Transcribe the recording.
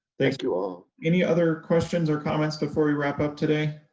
thank you all. any other questions or comments before we wrap up today?